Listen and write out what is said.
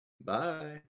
Bye